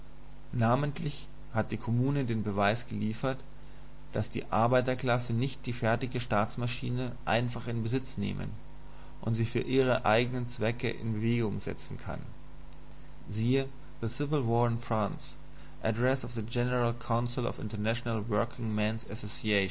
namentlich hat die kommune den beweis geliefert daß die arbeiterklasse nicht die fertige staatsmaschine einfach in besitz nehmen und sie für ihre eignen zwecke in bewegung setzen kann siehe the civil war in